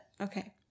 Okay